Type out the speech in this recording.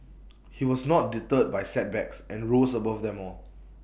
he was not deterred by setbacks and rose above them all